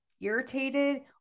irritated